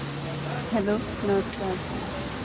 hello नमस्कार